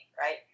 right